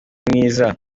mwiza